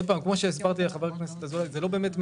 כמו שהסברתי לחבר הכנסת אזולאי, זה לא באמת משנה.